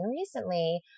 recently